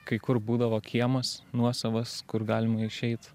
kai kur būdavo kiemas nuosavas kur galima išeit